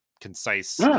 concise